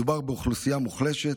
מדובר באוכלוסייה מוחלשת,